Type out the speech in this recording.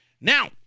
Now